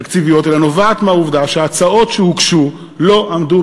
היא לא תקציבית אלא היא העובדה שההצעות שהוגשו לא עמדו